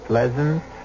Pleasant